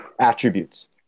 attributes